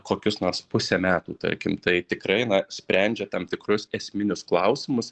kokius nors pusę metų tarkim tai tikrai na sprendžia tam tikrus esminius klausimus